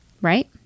Right